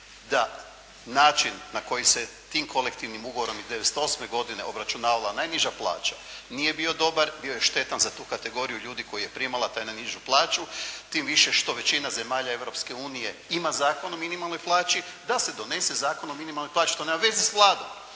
da način na koji se tim kolektivnim ugovorom i 1998. godine obračunavala najniža plaća nije bio dobar, bio je štetan za tu kategoriju ljudi koja je primala tu najnižu plaću tim više što većina zemalja Europske unije ima Zakon o minimalnoj plaći da se donese Zakon o minimalnoj plaći što nema veze s Vladom.